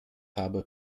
habe